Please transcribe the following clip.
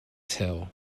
tell